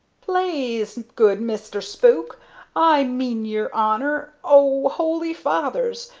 plaze, good mister spook i mean yer honor oh, holy fathers!